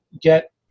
get